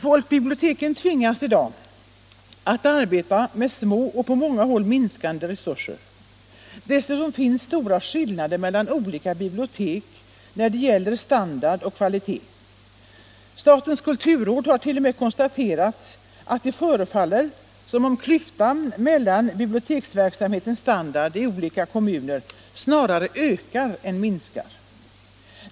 Folkbiblioteken tvingas i dag att arbeta med små och på många håll minskande resurser. Dessutom finns det stora skillnader mellan olika bibliotek när det gäller standard och kvalitet. Statens kulturråd har t.o.m. konstaterat att det förefaller som om klyftan mellan olika kommuner i fråga om biblioteksverksamhetens standard snarare ökar än minskar.